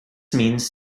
means